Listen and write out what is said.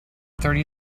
thirty